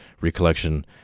recollection